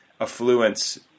affluence